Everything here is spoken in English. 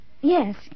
Yes